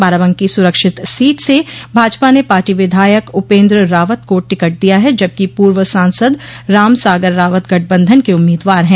बाराबंकी सुरक्षित सीट से भाजपा ने पार्टी विधायक उपेन्द्र रावत को टिकट दिया है जबकि पूर्व सांसद राम सागर रावत गठबंधन के उम्मीदवार हैं